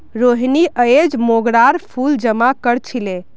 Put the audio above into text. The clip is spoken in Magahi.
रोहिनी अयेज मोंगरार फूल जमा कर छीले